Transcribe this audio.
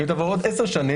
ואם תבוא עוד 10 שנים,